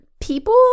people